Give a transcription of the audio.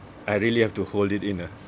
I really have to hold it in ah